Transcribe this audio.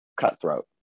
cutthroat